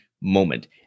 moment